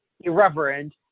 irreverent